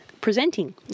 presenting